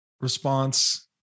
response